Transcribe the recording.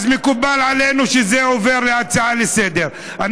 אז מקובל עלינו שזה הופך להצעה לסדר-היום.